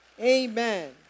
Amen